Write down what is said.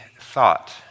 thought